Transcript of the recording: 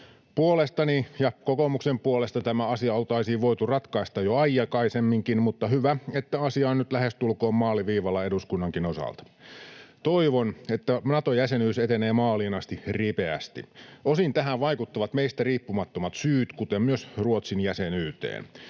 Puolestani ja kokoomuksen puolesta tämä asia oltaisiin voitu ratkaista jo aikaisemminkin, mutta hyvä, että asia on nyt lähestulkoon maaliviivalla eduskunnankin osalta. Toivon, että Nato-jäsenyys etenee maaliin asti ripeästi. Osin tähän vaikuttavat meistä riippumattomat syyt, kuten myös Ruotsin jäsenyyteen.